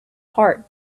heart